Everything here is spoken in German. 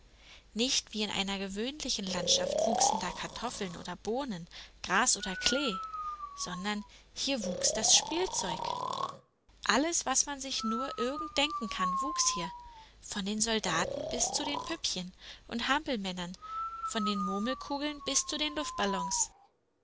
nicht wie in einer gewöhnlichen landschaft wuchsen da kartoffeln oder bohnen gras oder klee sondern hier wuchs das spielzeug alles was man sich nur irgend denken kann wuchs hier von den soldaten bis zu den püppchen und hampelmännern von den murmelkugeln bis zu den luftballons